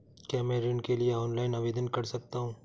क्या मैं ऋण के लिए ऑनलाइन आवेदन कर सकता हूँ?